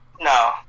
no